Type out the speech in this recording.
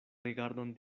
rigardon